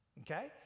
okay